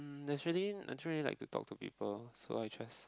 there's really naturally I don't really like to talk to people so I just